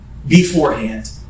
Beforehand